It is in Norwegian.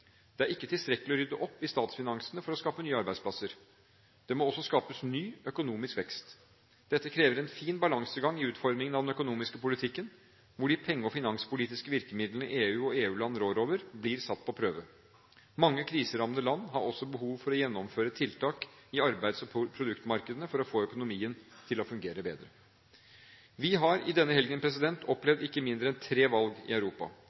Det er ikke tilstrekkelig å rydde opp i statsfinansene for å skape nye arbeidsplasser. Det må også skapes ny økonomisk vekst. Dette krever en fin balansegang i utformingen av den økonomiske politikken, hvor de pengepolitiske og finanspolitiske virkemidlene EU og EU-land rår over, blir satt på prøve. Mange kriserammede land har også behov for å gjennomføre tiltak i arbeids- og produktmarkedene for å få økonomien til å fungere bedre. Vi har denne helgen opplevd ikke mindre enn tre valg i Europa.